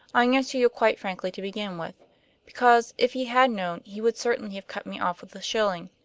i answer you quite frankly to begin with because, if he had known, he would certainly have cut me off with a shilling.